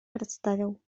представил